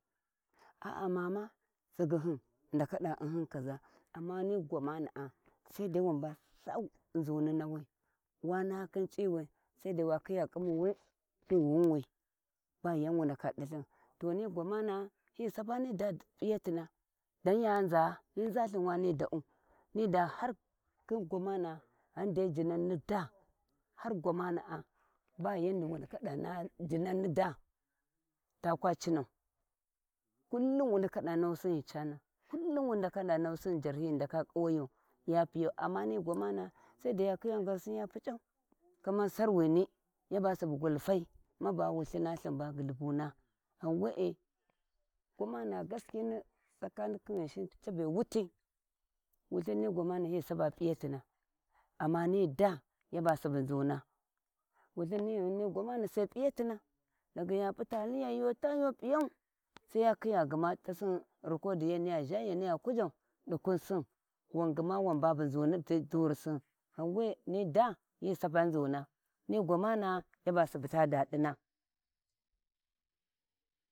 A a mena tsigyihin ghi ndaka da vului kaʒa amma ni gwamana’a sai dai wun ba lthau khin nzuni nawi nda-naha khin c’iwi sai dai wa khiya ƙhimu we to gwingwi ba yau wun ndaba dalthin to ni gwamana’a hi sapa daa’u ni da harkhi gwamana ghamkhi jirau ni daa har gwamanaa ba yardi jinan nidaa takwa cinau kullum wudaku da nahusin ghi cano kullum wu ndaka da nahusin gi ghi ndaka ƙuwayo ya ta ya piyau amma wi gwamana sadai ya khiya ngarsi ya puc’au kaman Sarwini yaba su gwalfai maba wulhina yaba gulhubuna ghan wee, gwamana gaskina tsanin khin Ghinshin tabe wuti wulthin ni gwamanana hi p’iyetiva amma ni da yaba subu nzuna wulluin nigham ni gwamann sai P’iyatina daga p’uta yo ta yo p’iyau sai ya khinya gma tasi ricodi gma yaniya zha yaniya kuʒa di kuusin wan gma wan babu nzuni di durisin ghande ni da hi sapa nzuni ni daa yaba subu ta dadia.